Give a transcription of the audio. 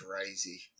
crazy